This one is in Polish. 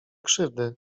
krzywdy